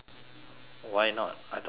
why not I thought you're willing